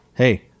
Hey